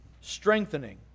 strengthening